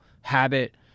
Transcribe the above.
habit